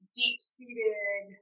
deep-seated